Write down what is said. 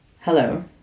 Hello